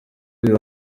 uyu